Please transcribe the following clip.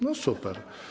No super.